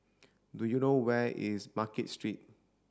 do you know where is Market Street